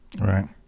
right